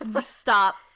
Stop